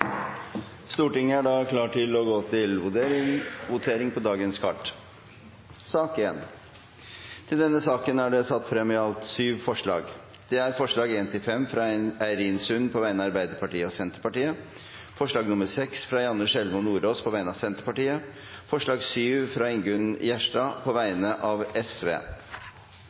Stortinget er da klar til å gå til votering. Under debatten er det satt frem i alt 7 forslag. Det er forslagene nr. 1–5, fra Eirin Sund på vegne av Arbeiderpartiet og Senterpartiet forslag nr. 6, fra Janne Sjelmo Nordås på vegne av Senterpartiet forslag nr. 7, fra Ingunn Gjerstad på vegne av